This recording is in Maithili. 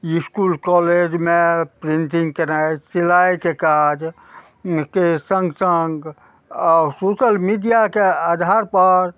इसकुल कॉलेजमे प्रिन्टिंग केनाय सिलाइके काजके सङ्ग सङ्ग आओर सोशल मीडियाके आधारपर